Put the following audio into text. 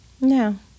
No